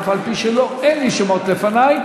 אף-על-פי שאין לי שמות לפני,